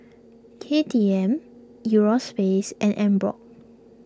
K T M Euro space and Emborg